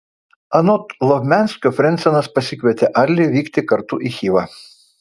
anot lovmianskio frentzenas pasikvietė adlį vykti kartu į chivą